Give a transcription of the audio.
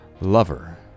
Lover